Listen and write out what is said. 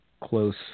close